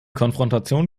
konfrontation